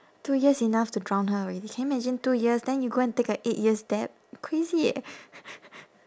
two years enough to drown her already can you imagine two years then you go and take a eight years debt crazy eh